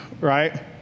right